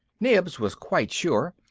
nibs was quite sure,